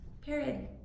Period